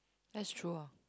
that's true ah